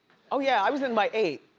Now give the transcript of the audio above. oh yeah, i was in by eight.